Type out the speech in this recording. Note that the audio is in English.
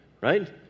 right